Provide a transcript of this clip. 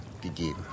gegeben